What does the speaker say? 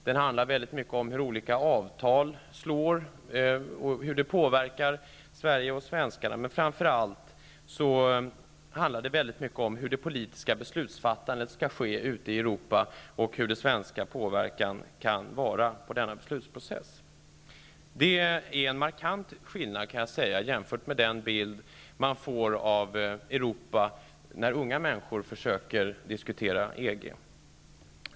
Den handlar till stor del om hur olika avtal slår och hur Sverige och svenskarna kan komma att påverkas. Men framför allt handlar den mycket om hur det politiska beslutsfattandet skall ske ute i Europa och hur Sverige kan påverka denna beslutsprocess. Det är en markant skillnad jämfört med den bild som man får av Europa när unga människor försöker diskutera EG.